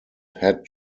had